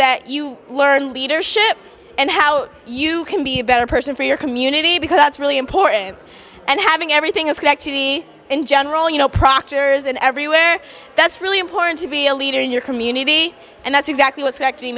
that you learn leadership and how you can be a better person for your community because that's really important and having everything is connected be in general you know proctors and everywhere that's really important to be a leader in your community and that's exactly what